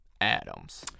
Adams